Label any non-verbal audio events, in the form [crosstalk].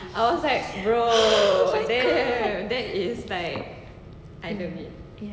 [noise]